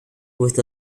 with